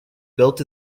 built